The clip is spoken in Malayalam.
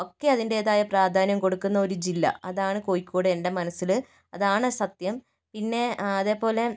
ഒക്കെ അതിൻ്റെതായ പ്രാധാന്യം കൊടുക്കുന്ന ഒരു ജില്ല അതാണ് കോഴിക്കോട് എൻ്റെ മനസ്സില് അതാണ് സത്യം പിന്നെ അതേപോലെ